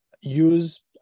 use